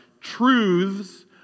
truths